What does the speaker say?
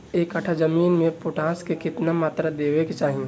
एक कट्ठा जमीन में पोटास के केतना मात्रा देवे के चाही?